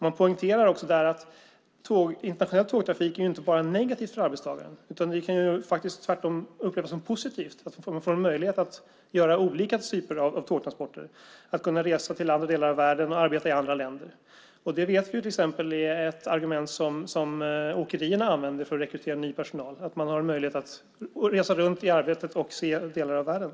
Man poängterar också att internationell tågtrafik inte bara är negativt för arbetstagarna, utan det kan faktiskt tvärtom upplevas som positivt att få en möjlighet att göra olika typer av tågtransporter och att kunna resa till andra delar av världen och arbeta i andra länder. Det vet vi är ett argument som till exempel åkerierna använder för att rekrytera ny personal - att man har möjlighet att resa runt i arbetet och se andra delar av världen.